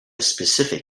specific